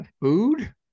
Food